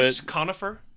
conifer